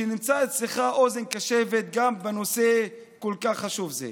שנמצא אצלך אוזן קשבת גם בנושא כל כך חשוב זה.